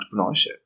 entrepreneurship